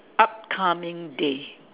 upcoming day